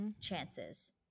chances